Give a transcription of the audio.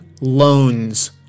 Loans